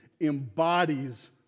Embodies